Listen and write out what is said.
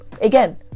Again